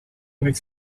avec